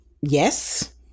Yes